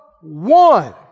one